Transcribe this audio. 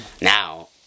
Now